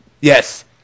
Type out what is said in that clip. Yes